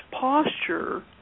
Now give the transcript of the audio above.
posture